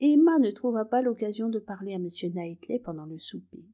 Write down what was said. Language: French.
emma ne trouva pas l'occasion de parler à m knightley pendant le souper